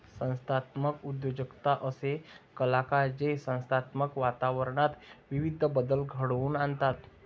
संस्थात्मक उद्योजकता असे कलाकार जे संस्थात्मक वातावरणात विविध बदल घडवून आणतात